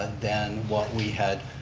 and than what we had